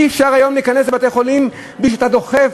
אי-אפשר היום להיכנס לבתי-חולים בלי שאתה דוחף